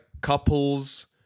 couples